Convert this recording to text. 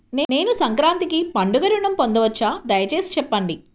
నేను సంక్రాంతికి పండుగ ఋణం పొందవచ్చా? దయచేసి చెప్పండి?